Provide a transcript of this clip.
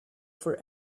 for